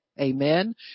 Amen